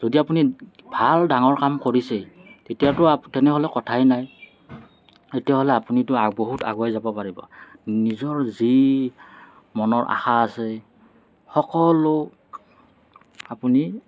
যদি আপুনি ভাল ডাঙৰ কাম কৰিছে তেতিয়াতো তেনেহ'লে কথাই নাই তেতিয়াহ'লে আপুনিতো বহুত আগুৱাই যাব পাৰিব নিজৰ যি মনৰ আশা আছে সকলো আপুনি